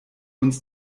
uns